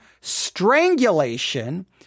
strangulation